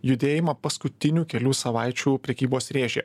judėjimą paskutinių kelių savaičių prekybos rėže